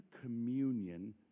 communion